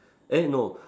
eh no